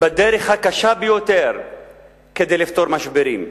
בדרך הקשה ביותר כדי לפתור משברים?